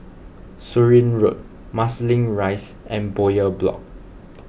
Surin Road Marsiling Rise and Bowyer Block